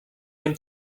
něm